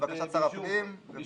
לבקשת שר הפנים --- להארכה נוספת,